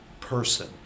person